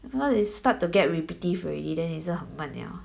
because it start to get repetitive already then 也是很闷了